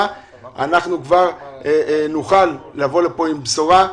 אנחנו כבר נוכל לבוא לכאן עם בשורה.